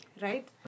right